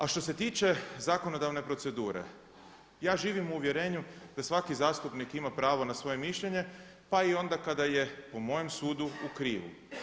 A što se tiče zakonodavne procedure, ja živim u uvjerenju da svaki zastupnik ima pravo na svoje mišljenje pa i onda kada je po mojem sudu u krivu.